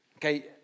Okay